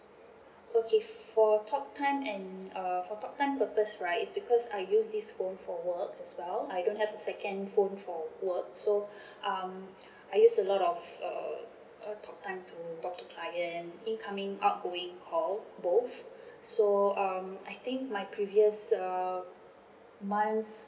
okay for talk time and uh for talk time purpose right is because I use this phone for work as well I don't have a second phone for work so um I use a lot of uh uh talk time to talk to client incoming outgoing call both so um I think my previous um months